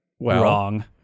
Wrong